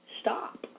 stop